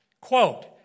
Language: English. Quote